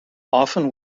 often